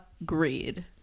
Agreed